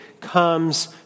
comes